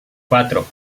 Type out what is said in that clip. cuatro